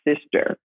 sister